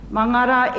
Mangara